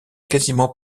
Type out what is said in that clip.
quasiment